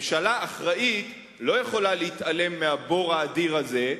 ממשלה אחראית לא יכולה להתעלם מהבור האדיר הזה,